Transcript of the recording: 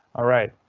alright,